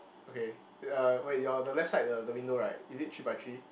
okay uh wait your the left side the the window right is it three by three